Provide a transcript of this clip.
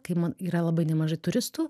kai man yra labai nemažai turistų